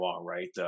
right